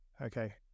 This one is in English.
okay